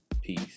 Peace